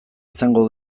izango